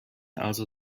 also